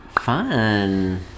Fun